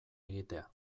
egitea